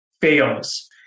fails